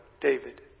David